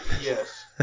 Yes